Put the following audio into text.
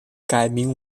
改名